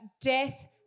death